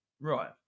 right